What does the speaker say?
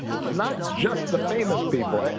not just the famous people,